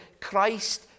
Christ